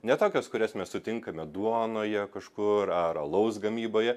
ne tokios kurias mes sutinkame duonoje kažkur ar alaus gamyboje